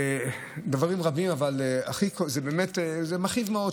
דברים רבים, אבל זה באמת מכאיב מאוד.